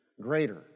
greater